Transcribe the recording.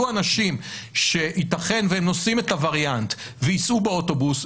אנשים שייתכן שהם נושאים את הווריאנט וייסעו באוטובוס,